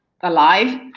alive